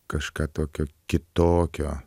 kažką tokio kitokio